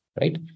right